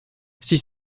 six